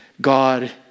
God